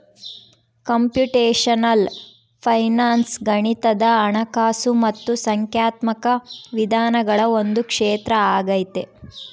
computational finance ಗಣಿತದ ಹಣಕಾಸು ಮತ್ತು ಸಂಖ್ಯಾತ್ಮಕ ವಿಧಾನಗಳ ಒಂದು ಕ್ಷೇತ್ರ ಆಗೈತೆ